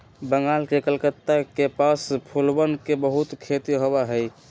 बंगाल के कलकत्ता के पास फूलवन के बहुत खेती होबा हई